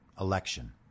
election